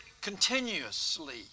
continuously